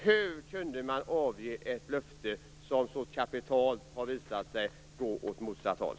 Hur kunde man avge ett löfte som har visat sig gå så kapitalt åt motsatt håll?